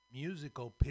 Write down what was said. musical